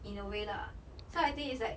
in a way lah so I think it's like